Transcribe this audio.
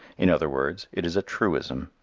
in other words, it is a truism,